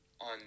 on